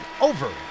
over